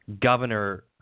Governor